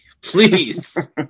please